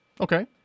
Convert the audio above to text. Okay